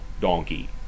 donkey